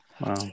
Wow